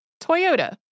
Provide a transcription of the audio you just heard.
Toyota